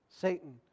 Satan